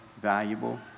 valuable